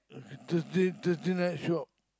tonight tonight tonight shop